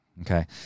Okay